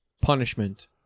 punishment